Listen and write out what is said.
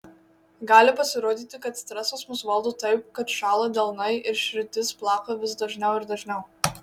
gali pasirodyti kad stresas mus valdo taip kad šąla delnai ir širdis plaka vis dažniau ir dažniau